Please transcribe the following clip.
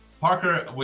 Parker